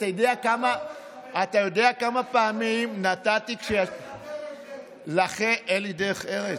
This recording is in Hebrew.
אתה יודע כמה פעמים נתתי, אין לך דרך ארץ.